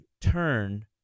turn